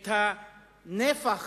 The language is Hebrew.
את הנפח